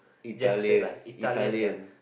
Italian Italian